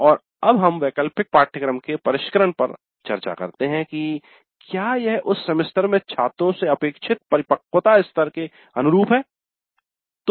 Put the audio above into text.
और अब हम वैकल्पिक पाठ्यक्रम के परिष्करण पर चर्चा करते है कि "क्या यह उस सेमेस्टर में छात्रों से अपेक्षित परिपक्वता स्तर के अनुरूप है"